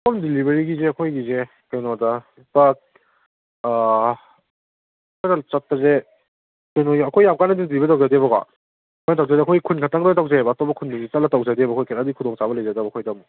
home ꯗꯦꯂꯤꯕꯔꯤꯒꯤꯁꯦ ꯑꯩꯈꯣꯏꯒꯤꯁꯦ ꯀꯩꯅꯣꯗ ꯂꯨꯄꯥ ꯑꯇꯣꯞꯄ ꯂꯝ ꯆꯠꯄꯁꯦ ꯀꯩꯅꯣ ꯑꯩꯈꯣꯏ ꯌꯥꯝ ꯀꯟꯅꯗꯤ ꯗꯦꯂꯤꯕꯔꯤ ꯇꯧꯖꯗꯦꯕꯀꯣ ꯑꯩꯈꯣꯏ ꯇꯧꯖꯩꯁꯦ ꯑꯩꯈꯣꯏ ꯈꯨꯟ ꯈꯛꯇꯪꯗ ꯇꯧꯖꯩꯑꯕ ꯑꯇꯣꯞꯄ ꯈꯨꯟꯗꯗꯤ ꯆꯠꯂꯒ ꯇꯧꯖꯗꯦꯕ ꯑꯩꯈꯣꯏ ꯀꯩꯅꯣ ꯍꯥꯏꯗꯤ ꯈꯨꯗꯣꯡꯆꯥꯕ ꯂꯩꯖꯗꯕ ꯑꯩꯈꯣꯏꯗ ꯑꯃꯨꯛ